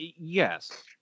Yes